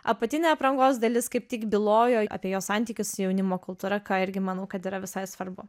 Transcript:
apatinė aprangos dalis kaip tik bylojo apie jo santykius su jaunimo kultūra ką irgi manau kad yra visai svarbu